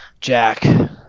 Jack